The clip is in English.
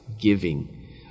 giving